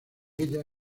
ella